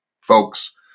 folks